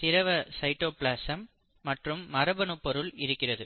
திரவ சைட்டோபிளாசம் மற்றும் மரபணு பொருள் இருக்கிறது